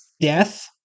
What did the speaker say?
death